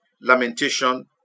lamentation